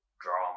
drama